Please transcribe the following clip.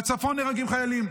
בצפון נהרגים חיילים,